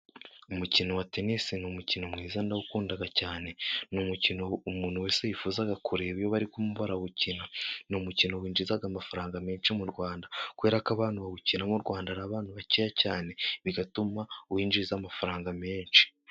Umukino wa tenisi ni umukino mwiza ndawukunda cyane, ni umukino umuntu wese yifuza kureba iyo barimo barawukina, ni umukino winjiza amafaranga menshi mu Rwanda, kubera ko abantu bawukina mu Rwanda ari abantu bakeya cyane, bigatuma winjiza amafaranga menshi.